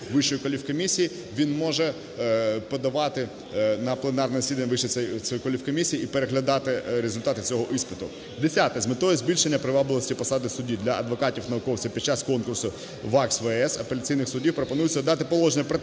він може подавати на пленарне засідання Вищої кваліфкомісії і переглядати результати цього іспиту. Десяте. З метою збільшення привабливості посади судді для адвокатів, науковців під час конкурсу у ВАКС, ВС, апеляційних судів пропонується дати положення про те,